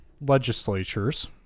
legislatures